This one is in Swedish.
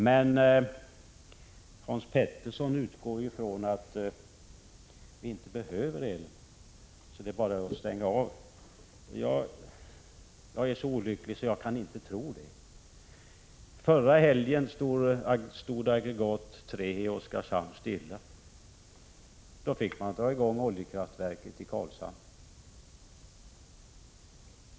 Men Hans Petersson i Hallstahammar utgår från att vi inte behöver el och att det bara är att stänga av. Jag är så olycklig att jag inte kan tro det. Förra helgen stod aggregat 3 i Oskarshamn stilla. Då fick man sätta i gång oljekraftverket i Karlshamn.